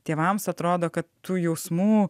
tėvams atrodo kad tų jausmų